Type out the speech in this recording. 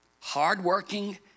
hardworking